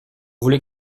voulez